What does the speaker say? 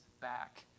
back